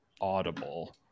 audible